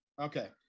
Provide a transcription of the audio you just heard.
okay